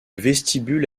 vestibule